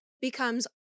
becomes